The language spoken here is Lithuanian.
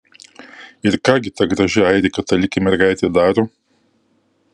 ir ką gi ta graži airė katalikė mergaitė daro